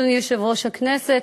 אדוני יושב-ראש הכנסת,